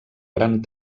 gran